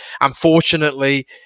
Unfortunately